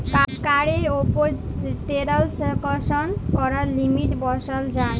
কাড়ের উপর টেরাল্সাকশন ক্যরার লিমিট বসাল যায়